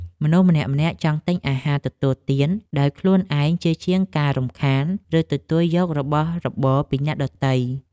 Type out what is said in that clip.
មនុស្សម្នាក់ៗចង់ទិញអាហារទទួលទានដោយខ្លួនឯងជាជាងការរំខាន ឬទទួលយករបស់របរពីអ្នកដទៃ។